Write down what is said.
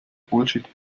bullshit